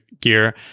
gear